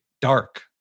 dark